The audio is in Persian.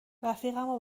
رفیقمو